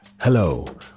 Hello